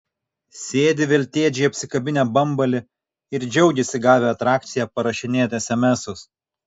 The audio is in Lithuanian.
sėdi veltėdžiai apsikabinę bambalį ir džiaugiasi gavę atrakciją parašinėt esemesus